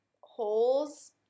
holes